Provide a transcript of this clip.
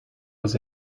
was